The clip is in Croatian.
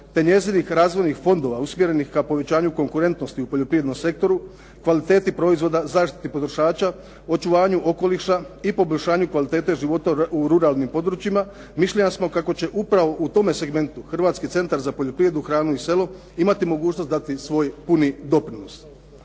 te njezinih razvojnih fondova usmjerenih ka povećanju konkurentnosti u poljoprivrednom sektoru, kvaliteti proizvoda, zaštiti potrošača, očuvanju okoliša i poboljšanju kvalitete života u ruralnim područjima, mišljenja smo kako će upravo u tome segmentu Hrvatski centar za poljoprivredu, hranu i selo imati mogućnost dati svoj puni doprinosi.